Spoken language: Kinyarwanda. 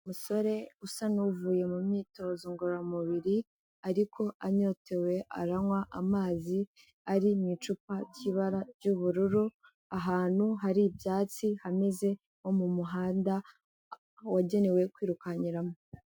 Umusore usa n'uvuye mu myitozo ngororamubiri ariko anyotewe, aranywa amazi ari mu icupa ry'ibara ry'ubururu, ahantu hari ibyatsi hameze nko mu muhanda wagenewe kwirukanyiramo.